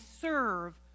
serve